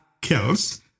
kills